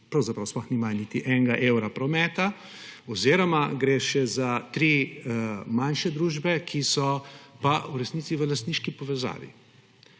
pravzaprav nimajo niti enega evra prometa oziroma gre še za tri manjše družbe, ki so pa v resnici v lastniški povezavi.